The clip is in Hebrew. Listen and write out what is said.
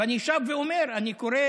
ואני שב ואומר: אני קורא